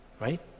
right